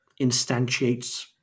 instantiates